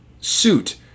suit